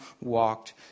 walked